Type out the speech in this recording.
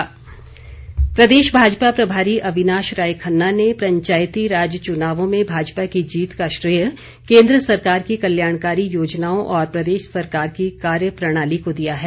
अविनाश खन्ना प्रदेश भाजपा प्रभारी अविनाश राय खन्ना ने पंचायतीराज चुनावों में भाजपा की जीत का श्रेय केन्द्र सरकार की जनकल्याणकारी योजनाओं और प्रदेश सरकार की कार्यप्रणाली को दिया है